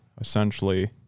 essentially